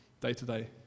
day-to-day